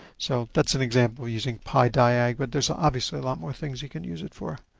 so, that's an example using pidiag, but there's ah obviously a lot more things you can use it for.